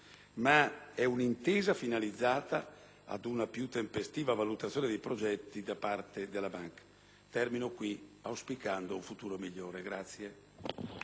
ma è un'intesa finalizzata ad una più tempestiva valutazione dei progetti da parte della Banca. Termino qui, auspicando un futuro migliore.